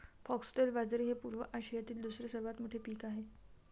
foxtail बाजरी हे पूर्व आशियातील दुसरे सर्वात मोठे पीक आहे